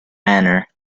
manor